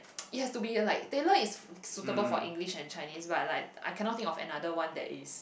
it has to be like Taylor is suitable for English and Chinese but like I cannot think of another one that is